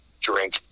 drink